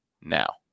now